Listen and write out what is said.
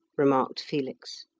remarked felix.